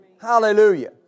Hallelujah